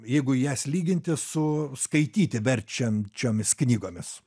jeigu jas lyginti su skaityti verčiančiomis knygomis